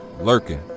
lurking